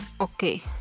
okay